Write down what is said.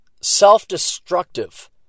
self-destructive